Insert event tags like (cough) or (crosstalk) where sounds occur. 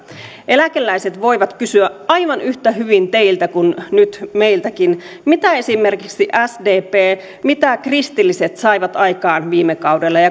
eläkeläiset voivat kysyä aivan yhtä hyvin teiltä kuin nyt meiltäkin mitä esimerkiksi sdp mitä kristilliset saivat aikaan viime kaudella ja (unintelligible)